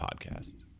podcasts